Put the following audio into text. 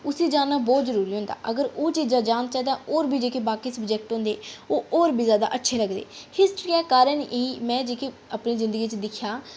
उसी जानना बहुत जरूरी होंदा अगर ओह् चीजां जानचै तां होर बी जेह्के बाकी सब्जैक्ट होंदे ओह् होर बी जैदा अच्छे लगदे हिस्ट्री दा कारण एह् में जेह्का अपनी जिंदगी च दिक्खेआ